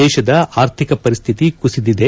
ದೇಶದ ಆರ್ಥಿಕ ಪರಿಸ್ತಿತಿ ಕುಸಿದಿದೆ